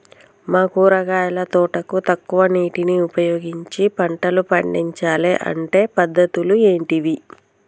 మా కూరగాయల తోటకు తక్కువ నీటిని ఉపయోగించి పంటలు పండించాలే అంటే పద్ధతులు ఏంటివి?